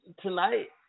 tonight